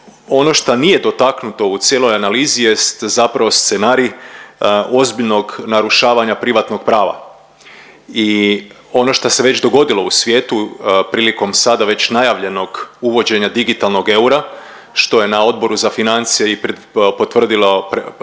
ono šta nije dotaknuto u cijeloj analizi jest zapravo scenarij ozbiljnog narušavanja privatnog prava i ono šta se već dogodilo u svijetu prilikom sada već najavljenog uvođenja digitalnog eura, što je na Odboru za financije i potvrdilo izaslanstvo